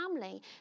family